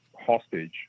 hostage